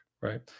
right